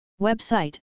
Website